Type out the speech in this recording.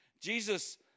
Jesus